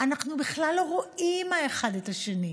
אנחנו בכלל לא רואים אחד את השני.